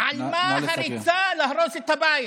על מה ההריסה, להרוס את הבית?